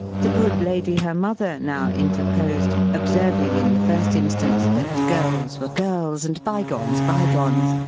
the good lady her mother now interposed observing, in the first instance, that girls were girls, and byegones byegones,